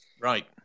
Right